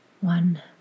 one